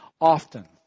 often